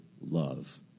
love